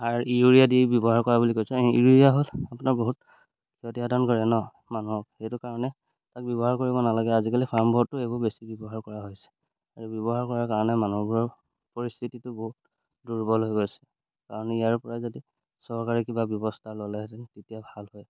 আৰু ইউৰিয়া দি ব্যৱহাৰ কৰা বুলি কৈছে ইউৰিয়া হ'ল আপোনাৰ বহুত ক্ষতি সাধন কৰে ন মানুহক সেইটো কাৰণে তাক ব্যৱহাৰ কৰিব নালাগে আজিকালি ফাৰ্মবোৰতো এইবোৰ বেছি ব্যৱহাৰ কৰা হৈছে আৰু ব্যৱহাৰ কৰাৰ কাৰণে মানুহবোৰৰ পৰিস্থিতিটো বহুত দুৰ্বল হৈ গৈছে কাৰণ ইয়াৰ পৰাই যদি চৰকাৰে কিবা ব্যৱস্থা ল'লেহেঁতেন তেতিয়া ভাল হয়